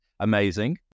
Amazing